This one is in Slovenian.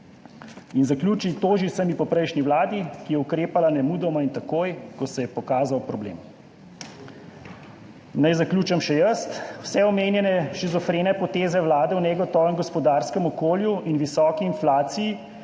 In zaključi: »Toži se mi po prejšnji vladi, ki je ukrepala nemudoma in takoj, ko se je pokazal problem.« Naj zaključim še jaz. Vse omenjene shizofrene poteze vlade v negotovem gospodarskem okolju in visoki inflaciji